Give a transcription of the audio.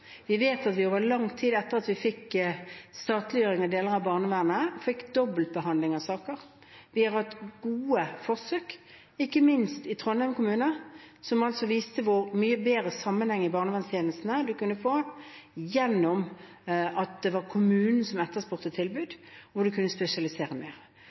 Vi vet at vi over lang tid, etter at vi fikk statliggjøring av deler av barnevernet, fikk dobbelt behandling av saker. Vi har hatt gode forsøk, ikke minst i Trondheim kommune, som viste hvor mye bedre sammenheng i barnevernstjenestene man kunne få ved at det var kommunene som etterspurte et tilbud, hvor man kunne spesialisere mer.